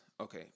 okay